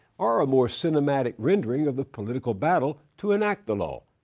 or a more cinematic rendering of the political battle to enact the law,